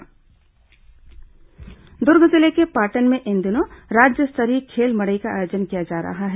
खेल मड़ई दुर्ग जिले के पाटन में इन दिनों राज्य स्तरीय खेल मड़ई का आयोजन किया जा रहा है